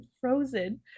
frozen